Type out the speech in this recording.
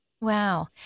Wow